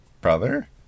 brother